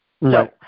no